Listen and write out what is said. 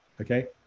Okay